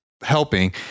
helping